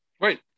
Right